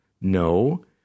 no